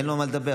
אין לו מה לדבר,